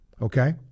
okay